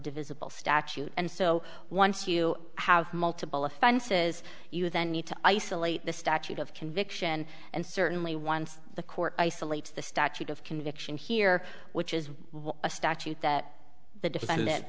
divisible statute and so once you multiple offenses you then need to isolate the statute of conviction and certainly once the court isolates the statute of conviction here which is a statute that the defendant